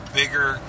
bigger